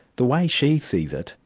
the way she sees it,